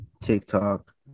TikTok